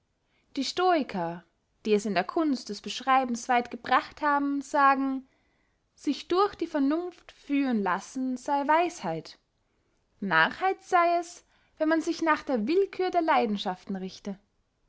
die stoiker die es in der kunst des beschreibens weit gebracht haben sagen sich durch die vernunft führen lassen sey weisheit narrheit sey es wenn man sich nach der willkühr der leidenschaften richte